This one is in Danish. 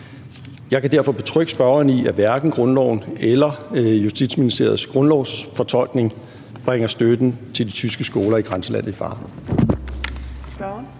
Jeg kan derfor betrygge spørgeren i, at hverken grundloven eller Justitsministeriets grundlovsfortolkning bringer støtten til de tyske skoler i grænselandet i fare.